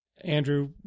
Andrew